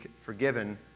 forgiven